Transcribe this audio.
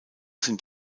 sind